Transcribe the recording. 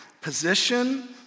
position